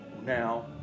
now